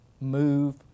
Move